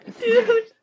Dude